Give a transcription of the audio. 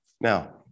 Now